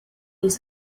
les